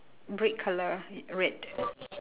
brick colour red